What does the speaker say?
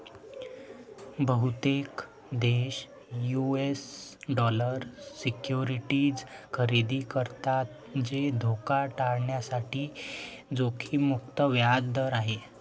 बहुतेक देश US dollar securities खरेदी करतात जे धोका टाळण्यासाठी जोखीम मुक्त व्याज दर देतात